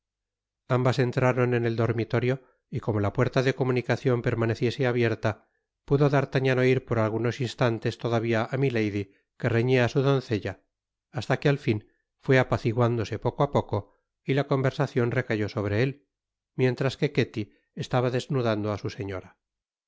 ambas entraron en el dormitorio y como la puerta de comunicacion permaneciese abierta pudo d'artagnan oir por algunos instantes todavia á milady que reñia á su doncella hasta que al fin fué apaciguándose poco á poco y la conversacion recayó sobre él mientras que ketty estaba desnudando á su señora